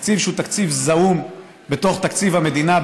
תקציב זעום בתוך תקציב המדינה.